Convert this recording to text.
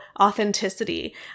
authenticity